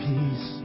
Peace